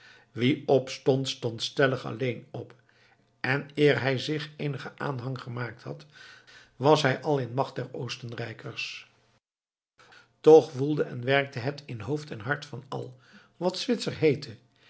wie opstond stond stellig alleen op en eer hij zich eenigen aanhang gemaakt had was hij al in de macht der oostenrijkers toch woelde en werkte het in hoofd en hart van al wat zwitser heette